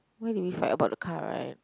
why did we fight about the car right